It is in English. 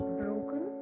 broken